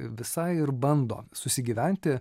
visai ir bando susigyventi